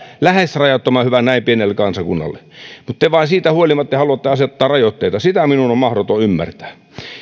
lähes rajattoman hyvä näin pienelle kansakunnalle mutta te vain siitä huolimatta haluatte asettaa rajoitteita sitä minun on mahdoton ymmärtää